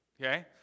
Okay